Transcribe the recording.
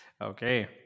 Okay